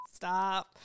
Stop